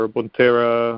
Bonterra